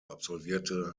absolvierte